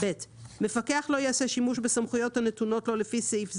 (ב) מפקח לא יעשה שימוש בסמכויות הנתונות לו לפי סעיף זה,